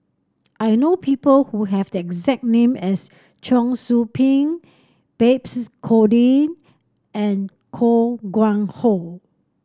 I know people who have the exact name as Cheong Soo Pieng Babes Conde and Koh Nguang How